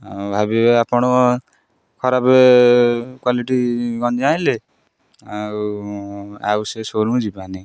ଆଉ ଭାବିବେ ଆପଣ ଖରାପ କ୍ୱାଲିଟି ଗଞ୍ଜି ଆଣିଲେ ଆଉ ଆଉ ସେ ସୋରୁମ୍ ଯିବାନି